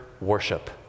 worship